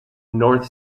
north